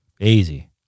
Easy